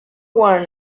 one